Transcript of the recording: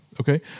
Okay